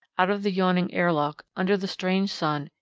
out of the yawning airlock, under the strange sun,